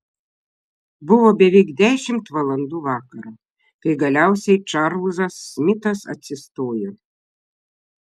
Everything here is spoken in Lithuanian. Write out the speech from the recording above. buvo beveik dešimt valandų vakaro kai galiausiai čarlzas smitas atsistojo